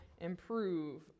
improve